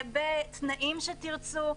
בתנאים שתרצו,